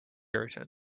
irritant